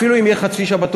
אפילו אם יהיה חצי שבתון,